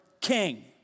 king